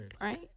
right